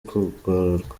kugororwa